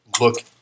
look